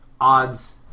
Odds